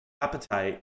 appetite